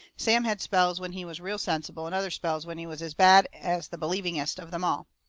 sam had spells when he was real sensible, and other spells when he was as bad as the believingest of them all.